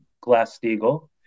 Glass-Steagall